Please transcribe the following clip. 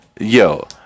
Yo